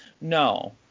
No